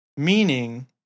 Meaning